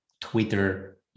Twitter